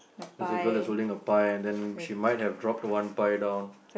there's a girl that's holding a pie then she might have drop one pie down